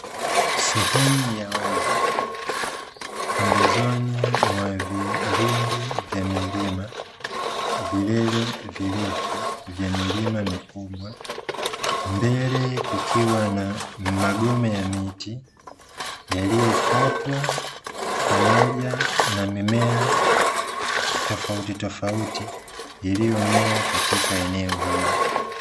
Sehemu ya waz,i pemebezoni mwa vilindi vya milima, vilele virefu vya milima mikubwa, mbele kukiwa na magome ya miti yaliyokatwa, pamoja na mimea tofautitofauti iliyomea katika eneo hilo.